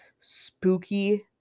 spooky